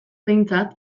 behintzat